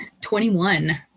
21